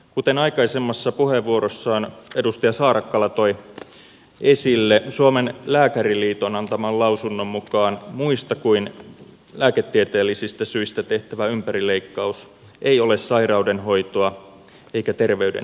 kuten aikaisemmassa puheenvuorossaan edustaja saarakkala toi esille suomen lääkäriliiton antaman lausunnon mukaan muista kuin lääketieteellisistä syistä tehtävä ympärileikkaus ei ole sairaudenhoitoa eikä terveyden edistämistä